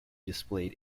displayed